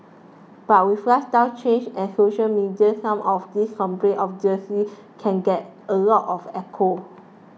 but with lifestyle changes and social media some of these complaints obviously can get a lot of echo